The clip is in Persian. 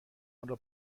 آنرا